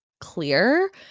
clear